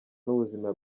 n’ubuzima